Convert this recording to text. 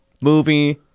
movie